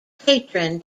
patron